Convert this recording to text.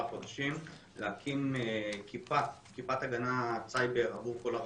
חודשים להקים כיפת הגנת סייבר עבור כל הרשויות.